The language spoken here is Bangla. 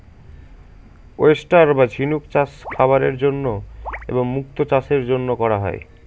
ওয়েস্টার বা ঝিনুক চাষ খাবারের জন্য এবং মুক্তো চাষের জন্য করা হয়